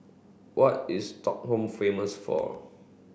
what is Stockholm famous for